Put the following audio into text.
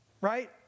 right